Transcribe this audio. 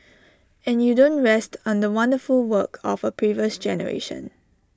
and you don't rest on the wonderful work of A previous generation